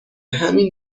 همین